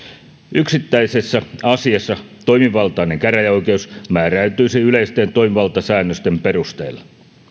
yksittäisessä asiassa toimivaltainen käräjäoikeus määräytyisi yleisten toimivaltasäännösten perusteella